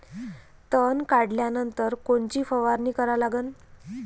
तन काढल्यानंतर कोनची फवारणी करा लागन?